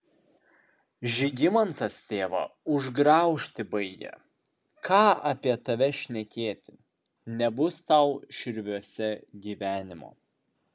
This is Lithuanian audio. žygimantas tėvą užgraužti baigia ką apie tave šnekėti nebus tau širviuose gyvenimo